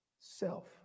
self